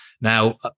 Now